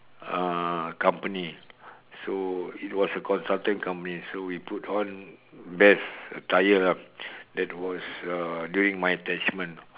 uh company so it was a consultant company so we put on best attire lah that was uh during my attachment